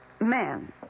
man